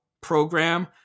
program